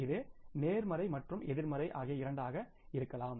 இது நேர்மறை மற்றும் எதிர்மறை ஆகிய இரண்டாக இருக்கலாம்